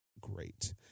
great